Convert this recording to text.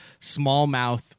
smallmouth